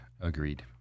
Agreed